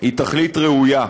היא תכלית ראויה.